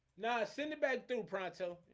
now it's in the bag do pronto.